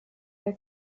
der